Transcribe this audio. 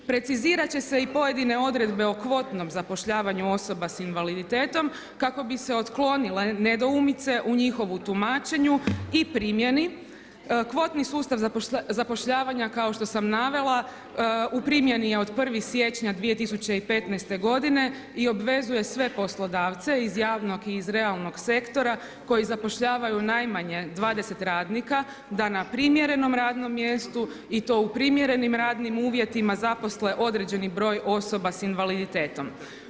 Precizirat će se i pojedine odredbe o kvotnom zapošljavanju osoba s invaliditetom kako bi se otklonile nedoumice u njihovu tumačenju i primjeni, kvotni sustav zapošljavanja, kao što sam navela, u primjeni je od 1. siječnja 2015. godine i obvezuje sve poslodavce iz javnog i iz realnog sektora koji zapošljavaju najmanje 20 radnika da na primjerenom radnom mjestu i to u primjerenim radnim uvjetima zaposle određeni broj osoba s invaliditetom.